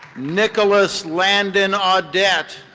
nicholas landon ah audette,